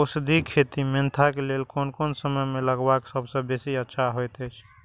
औषधि खेती मेंथा के लेल कोन समय में लगवाक सबसँ बेसी अच्छा होयत अछि?